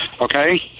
Okay